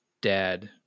dad